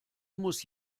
muss